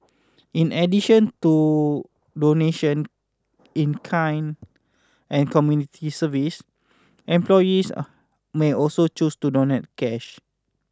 in addition to donation in kind and community service employees may also choose to donate cash